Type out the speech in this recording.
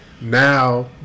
now